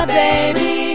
baby